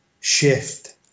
shift